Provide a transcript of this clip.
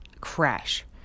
crash